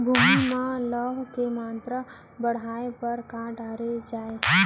भूमि मा लौह के मात्रा बढ़ाये बर का डाले जाये?